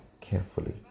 carefully